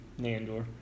Nandor